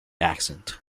accent